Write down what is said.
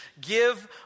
give